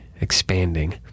expanding